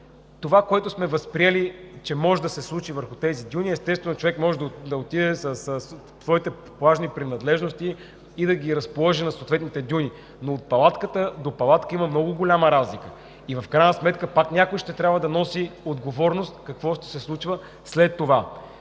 Това, което сме възприели, че може да се случи върху тези дюни – естествено, човек може да отиде със своите плажни принадлежност и да ги разположи на съответните дюни, но от палатка до палатка има много голяма разлика. В крайна сметка пак някой ще трябва да носи отговорност какво ще се случва след това.